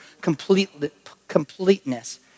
completeness